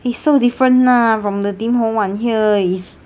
is so different lah from the tim ho wan here is